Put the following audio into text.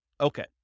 Okay